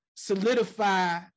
solidify